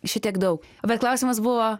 šitiek daug bet klausimas buvo